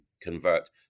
convert